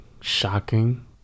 shocking